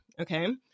okay